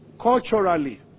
Culturally